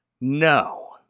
No